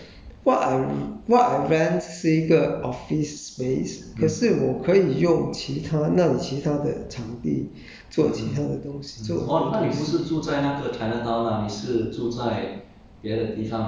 um 我自己租的 actually 那个是一个 what I what I rent 是一个 office space 可是我可以用其他那里其他的场地做其他的东西做我的东西